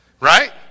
Right